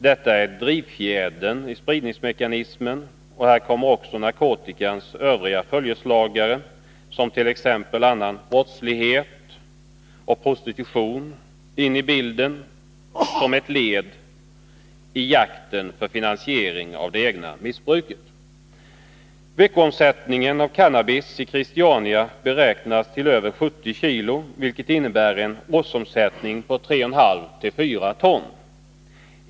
Detta är drivfjädern i spridningsmekanismen. Här kommer också narkotikans övriga följeslagare, som t.ex. annan brottslighet och prostitution, in i bilden som ett led i jakten för finansiering av det egna missbruket. Veckoomsättningen av cannabis i Christiania beräknas till över 70 kilo, vilket innebär en årsomsättning på 3,54 ton.